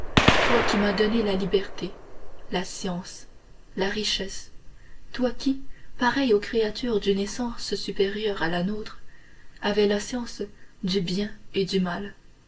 toi qui m'as donné la liberté la science la richesse toi qui pareil aux créatures d'une essence supérieure à la nôtre avais la science du bien et du mal